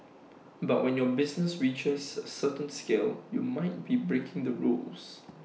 but when your business reaches A certain scale you might be breaking the rules